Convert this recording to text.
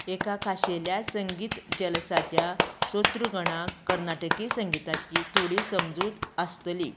एका खाशेल्या संगीत जलसाच्या सोत्रगणाक कर्नाटकी संगीताची थोडी समजूत आसतली